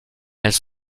elles